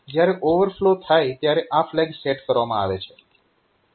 જયારે ઓવરફ્લો થાય ત્યારે આ ફ્લેગ સેટ કરવામાં આવે છે